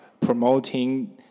promoting